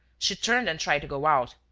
she turned and tried to go out.